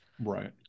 Right